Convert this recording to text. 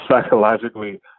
psychologically